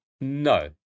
No